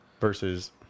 Versus